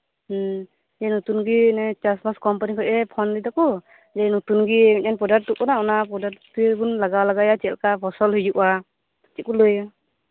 ᱦᱮᱸ ᱱᱚᱛᱩᱱ ᱜᱤ ᱚᱱᱮ ᱪᱟᱥᱵᱟᱥ ᱠᱚᱢᱯᱟᱱᱤ ᱠᱷᱚᱡ ᱮ ᱯᱷᱚᱱ ᱞᱮᱫᱟ ᱠᱩ ᱱᱚᱛᱩᱱᱜᱤ ᱢᱤᱫᱴᱟᱝ ᱯᱚᱰᱟᱠᱴ ᱛᱩᱫ ᱟᱠᱟᱱᱟ ᱚᱱᱟ ᱯᱚᱰᱟᱠᱴ ᱵᱩ ᱞᱟᱜᱟᱣ ᱞᱟᱜᱟᱭᱟ ᱪᱮᱫᱞᱟᱠᱟ ᱯᱷᱚᱥᱚᱞ ᱦᱩᱭᱩᱜ ᱟ ᱪᱮᱫᱠᱩ ᱞᱟᱹᱭᱟ